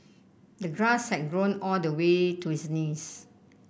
the grass had grown all the way to his knees